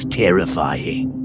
terrifying